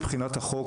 מבחינת החוק,